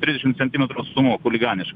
trisdešimt centimetrų atstumu chuliganiškai